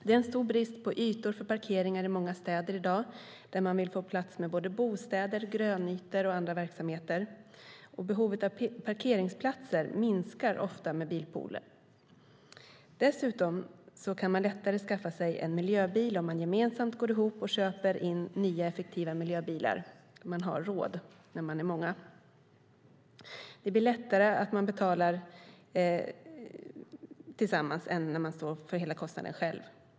Det råder stor brist på ytor för parkeringar i många städer i dag där man vill få plats med bostäder, grönytor och andra verksamheter. Behovet av parkeringsplatser minskar ofta med bilpooler. Dessutom kan man lättare skaffa sig en miljöbil om man gemensamt går ihop och köper in nya effektiva miljöbilar. Man har råd när man är många. Det blir lättare att betala tillsammans än att stå för hela kostnaden själv.